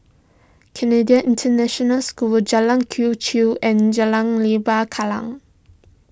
Canadian International School Jalan Quee Chew and Jalan Lembah Kallang